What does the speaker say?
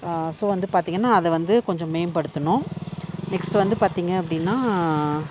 so வந்து பார்த்தீங்கன்னா அதை வந்து கொஞ்சம் மேம்படுத்தணும் நெக்ஸ்ட் வந்து பார்த்தீங்க அப்படின்னா